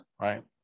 right